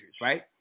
right